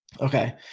Okay